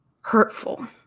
hurtful